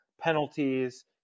penalties